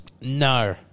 No